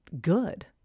good